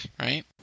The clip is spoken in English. right